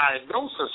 diagnosis